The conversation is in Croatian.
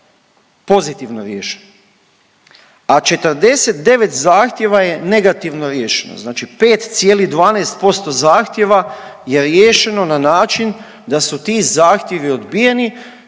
pozitivno riješeno, a 49 zahtjeva je negativno riješeno, znači 5,12% zahtjeva je riješeno na način da su ti zahtjevi odbijeni